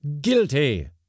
Guilty